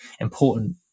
important